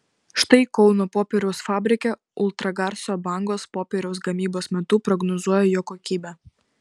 štai kauno popieriaus fabrike ultragarso bangos popieriaus gamybos metu prognozuoja jo kokybę